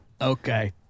Okay